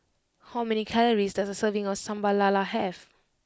how many calories does a serving of Sambal Lala have